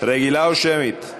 רגילה או שמית?